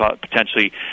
potentially